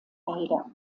haider